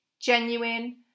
genuine